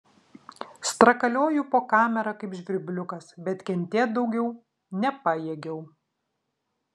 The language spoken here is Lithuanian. strakalioju po kamerą kaip žvirbliukas bet kentėt daugiau nepajėgiau